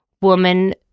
woman